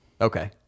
okay